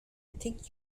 think